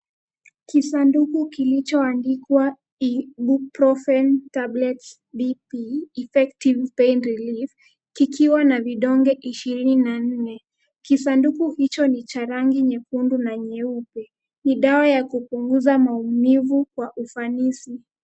Kisanduku kilichoandikwa Ibuprofen Tablets BP Effective Pain Relief , kikiwa na vidonge ishiri na nne. Kisanduku hicho ni cha rangi nyekundu na nyeupe. Ni dawa ya kupunguza maumivu kwa ufanisi.